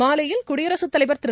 மாலையில் குடியரசுத்தலைவா் திரு